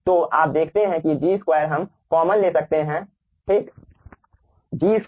तो आप देखते हैं कि G2 हम कॉमन ले सकते हैं ठीक